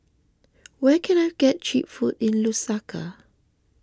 where can I get Cheap Food in Lusaka